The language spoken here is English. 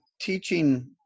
teaching